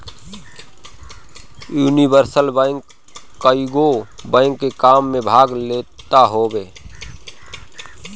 universal bank कईगो bank के काम में भाग लेत हवे